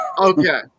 okay